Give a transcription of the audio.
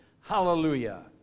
Hallelujah